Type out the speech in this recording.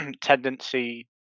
tendency